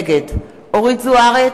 נגד אורית זוארץ,